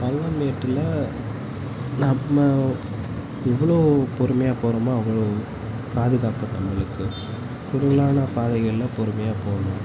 பள்ளம் மேட்டில் நம்ம எவ்வளோ பொறுமையாக போகிறோமோ அவ்வளோ பாதுகாப்பு நம்மளுக்கு குறுகலான பாதைகளில் பொறுமையாக போகணும்